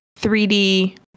3D